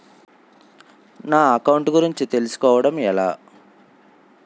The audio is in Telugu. నా అకౌంట్ గురించి తెలుసు కోవడం ఎలా?